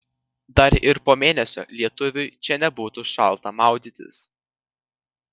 dar ir po mėnesio lietuviui čia nebūtų šalta maudytis